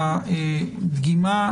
נותנת הדגימה.